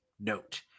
note